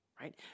right